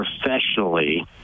professionally